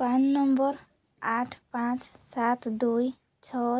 PRAN number ଆଠ ପାଞ୍ଚ ସାତ ଦୁଇ ଛଅ